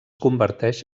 converteix